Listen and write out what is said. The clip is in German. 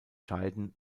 scheiden